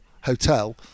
hotel